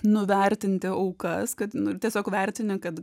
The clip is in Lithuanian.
nuvertinti aukas kad nu tiesiog vertini kad